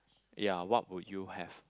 ya what would you have